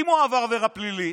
אם הוא עבר עבירה פלילית